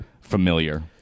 familiar